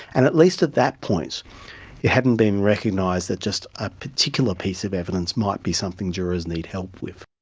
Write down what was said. and at least at that point it hadn't been recognised that just a particular piece of evidence might be something jurors need help with.